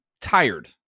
tired